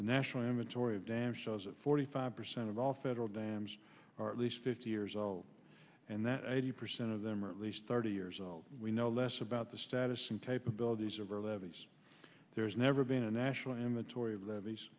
the national amatory dam shows it forty five percent of all federal dams are at least fifty years old and that eighty percent of them are at least thirty years old we know less about the status and capabilities of our levees there's never been a national